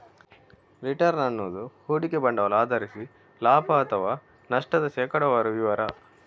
return ಅನ್ನುದು ಹೂಡಿಕೆ ಬಂಡವಾಳ ಆಧರಿಸಿ ಲಾಭ ಅಥವಾ ನಷ್ಟದ ಶೇಕಡಾವಾರು ವಿವರ